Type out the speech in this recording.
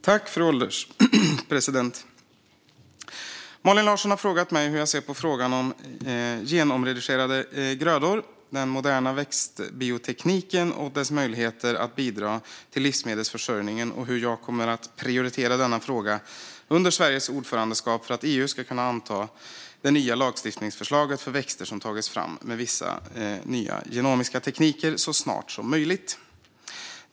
Fru ålderspresident! har frågat mig hur jag ser på frågan om genomredigerade grödor, den moderna växtbiotekniken och dess möjligheter att bidra till livsmedelsförsörjningen samt hur jag kommer att prioritera denna fråga under Sveriges ordförandeskap för att EU så snart som möjligt ska kunna anta det nya lagstiftningsförslaget för växter som tagits fram med vissa nya genomiska tekniker.